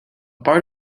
part